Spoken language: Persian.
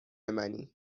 منی